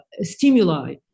stimuli